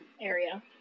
area